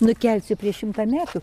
nukelsiu prieš šimtą metų